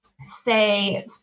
say